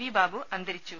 V Babu അന്തരിച്ചു